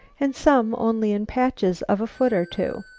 and some only in patches of a foot or two.